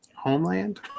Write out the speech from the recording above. Homeland